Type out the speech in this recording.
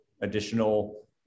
additional